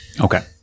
Okay